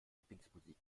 lieblingsmusik